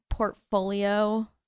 portfolio